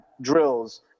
drills